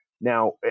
Now